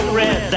red